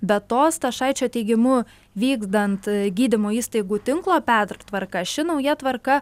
be to stašaičio teigimu vykdant gydymo įstaigų tinklo pertvarką ši nauja tvarka